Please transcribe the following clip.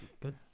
Good